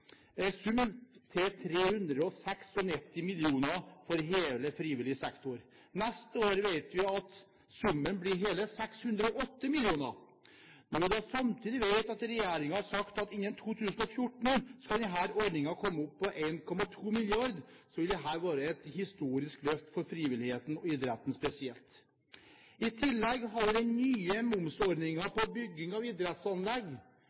sum til 396 mill. kr for hele frivillig sektor. Neste år vet vi at summen blir hele 608 mill. kr. Når vi da samtidig vet at regjeringen har sagt at innen 2014 skal denne ordningen komme opp i 1,2 mrd. kr, vil dette være et historisk løft for frivilligheten og idretten spesielt. I tillegg har vi den nye